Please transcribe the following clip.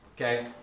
Okay